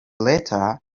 later